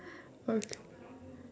okay